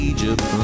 Egypt